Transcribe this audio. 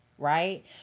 Right